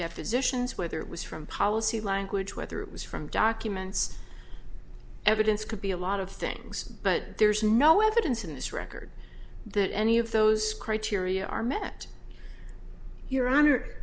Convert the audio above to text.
depositions whether it was from policy language whether it was from documents evidence could be a lot of things but there's no evidence in this record that any of those criteria are met your honor